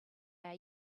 are